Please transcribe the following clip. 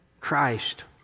Christ